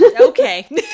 Okay